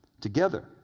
together